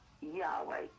Yahweh